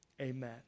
Amen